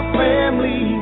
family